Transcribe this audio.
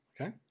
okay